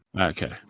Okay